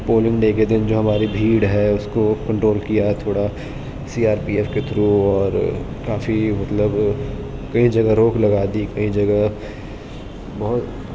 polling day کے دن جو ہماری بھیڑ ہے اس کو کنٹرول کیا تھوڑا سی آر پی ایف کے تھرو اور کافی مطلب کئی جگہ روک لگا دی کئی جگہ بہت